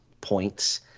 points